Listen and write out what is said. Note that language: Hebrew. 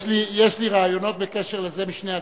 יש לי רעיונות בקשר לזה משני הצדדים.